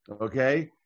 Okay